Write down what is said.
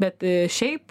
bet šiaip